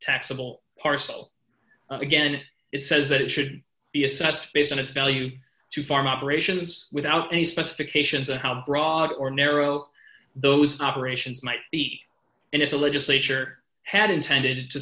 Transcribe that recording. taxable parcel again it says that it should be assessed based on its value to farm operations without any specifications on how broad or narrow those operations might be and if the legislature had intended to